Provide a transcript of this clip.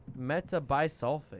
metabisulfate